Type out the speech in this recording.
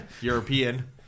European